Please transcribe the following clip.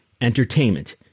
entertainment